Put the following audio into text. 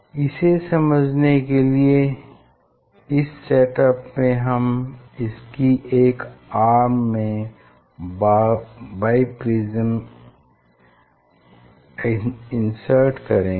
इसे समझने के लिए इस सेट अप में हम इसकी एक आर्म में बाइप्रिज्म इन्सर्ट करेंगे